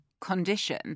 condition